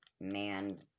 man